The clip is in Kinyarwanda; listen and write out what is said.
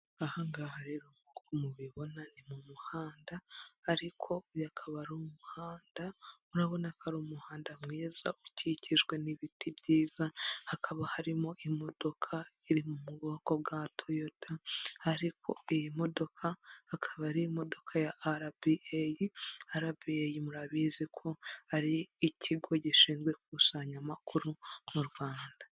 Aha ngaha rero nk'uko mubibona ni mu muhanda ariko uyu akaba ari umuhanda, urabona ko ari umuhanda mwiza ukikijwe n'ibiti byiza, hakaba harimo imodoka iri mu bwoko bwa toyota ariko iyi modoka akaba ari imodoka ya RBA, RBA murabizi ko ari ikigo gishinzwe ikusanya amakuru mu Rwanda.